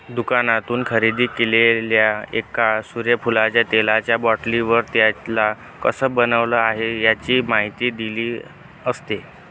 दुकानातून खरेदी केलेल्या एका सूर्यफुलाच्या तेलाचा बाटलीवर, त्याला कसं बनवलं आहे, याची माहिती दिलेली असते